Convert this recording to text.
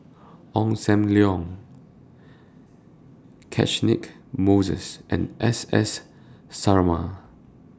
Ong SAM Leong Catchick Moses and S S Sarma